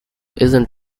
isn’t